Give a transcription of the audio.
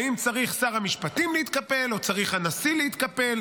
האם צריך שר המשפטים להתקפל או צריך הנשיא להתקפל,